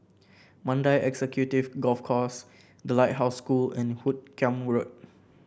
Mandai Executive Golf Course The Lighthouse School and Hoot Kiam Road